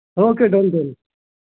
okay done done